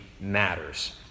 matters